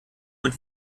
mit